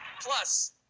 Plus